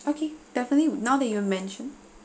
okay definitely now that you've mention